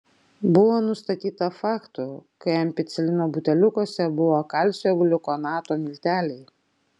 buvo nustatyta faktų kai ampicilino buteliukuose buvo kalcio gliukonato milteliai